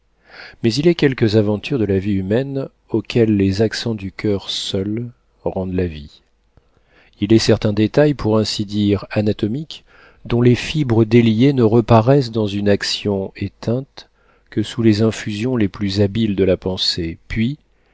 mais il est quelques aventures de la vie humaine auxquelles les accents du coeur seuls rendent la vie il est certains détails pour ainsi dire anatomiques dont les fibres déliées ne reparaissent dans une action éteinte que sous les infusions les plus habiles de la pensée puis